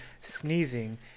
sneezing